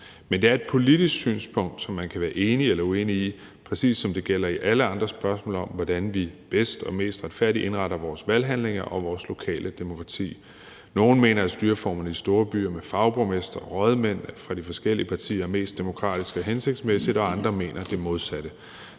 Men det er et politisk synspunkt, som man kan være enig eller uenig i, præcis som det gælder i alle andre spørgsmål om, hvordan vi bedst og mest retfærdigt indretter vores valghandlinger og vores lokale demokrati. Nogle mener, at styreformerne i de store byer med fagborgmestre og rådmænd fra de forskellige partier er mest demokratisk og hensigtsmæssigt, og andre mener det modsatte.